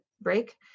break